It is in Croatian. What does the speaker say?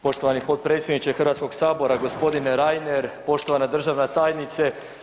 Poštovani potpredsjedniče HS-a, g. Reiner, poštovana državna tajnice.